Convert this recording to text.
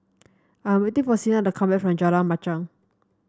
I'm waiting for Sina to come back from Jalan Machang